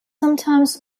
sometimes